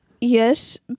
Yes